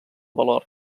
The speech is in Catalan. valor